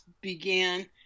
began